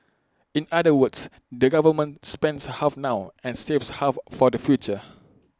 in other words the government spends half now and saves half for the future